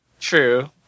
True